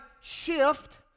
shift